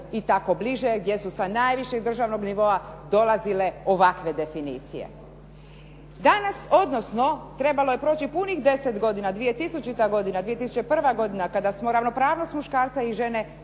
i tako bliže, gdje su sa najvišeg državnog nivoa dolazile ovakve definicije. Danas, odnosno trebalo je proći punih 10 godina, 2000. godina, 2001. godina, kada smo ravnopravnost muškarca i žene